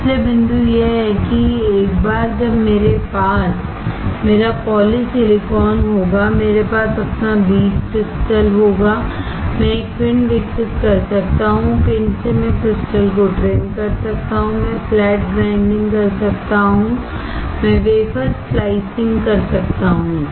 इसलिए बिंदु यह है कि एक बार जब मेरे पास मेरा पॉलीसिलिकॉन होगा मेरे पास अपना बीज क्रिस्टल होगा मैं एक पिंड विकसित कर सकता हूं पिंड से मैं क्रिस्टल को ट्रिम कर सकता हूं मैं फ्लैट ग्राइंडिंग कर सकता हूं मैं वेफर स्लाइसिंग कर सकता हूं